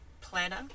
planner